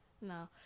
No